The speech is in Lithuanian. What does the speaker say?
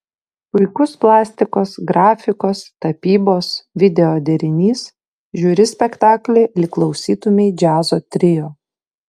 puikus plastikos grafikos tapybos video derinys žiūri spektaklį lyg klausytumei džiazo trio